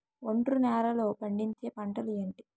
ఒండ్రు నేలలో పండించే పంటలు ఏంటి?